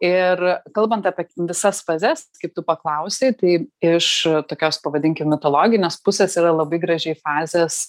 ir kalbant apie visas fazes kaip tu paklausei tai iš tokios pavadinkim mitologinės pusės yra labai gražiai fazės